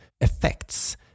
effects